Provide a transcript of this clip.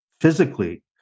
physically